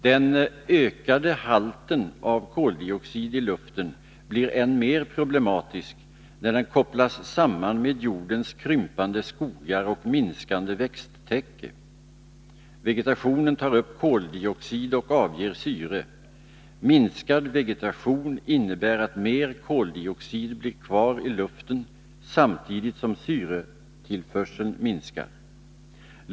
Den ökande halten av koldioxid i luften blir än mer problematisk när den kopplas samman med jordens krympande skogar och minskande växttäcke. Vegetationen tar upp koldioxid och avger syre. Minskad vegetation innebär att mera koldioxid blir kvar i luften samtidigt som syretillförseln minskar.